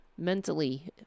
Mentally